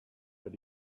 but